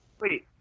Wait